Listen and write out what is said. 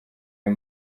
ayo